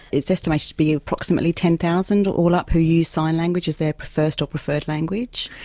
it's estimated to be approximately ten thousand all up who use sign language as their first or preferred language.